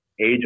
age